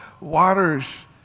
waters